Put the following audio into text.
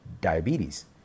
diabetes